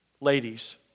Ladies